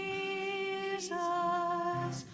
Jesus